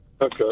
Okay